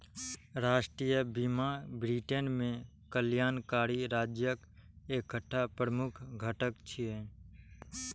राष्ट्रीय बीमा ब्रिटेन मे कल्याणकारी राज्यक एकटा प्रमुख घटक छियै